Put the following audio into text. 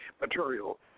material